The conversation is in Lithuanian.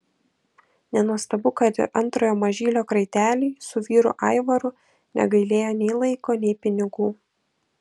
nenuostabu kad ir antrojo mažylio kraiteliui su vyru aivaru negailėjo nei laiko nei pinigų